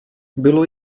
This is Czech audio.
bylo